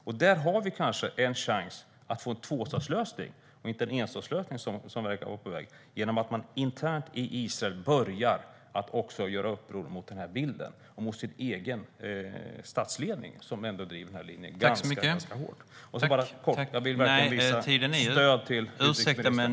Vi har kanske en chans att få en tvåstatslösning och inte en enstatslösning, som verkar vara på väg, genom att man internt i Israel börjar göra uppror mot den här bilden och mot sin egen statsledning som driver den här linjen ganska hårt. Jag vill verkligen visa stöd till utrikesministern.